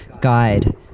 guide